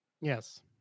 Yes